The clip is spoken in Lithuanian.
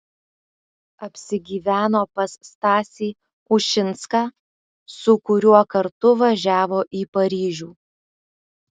apsigyveno pas stasį ušinską su kuriuo kartu važiavo į paryžių